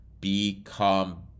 become